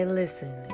listen